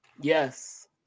Yes